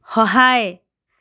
সহায়